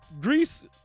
Greece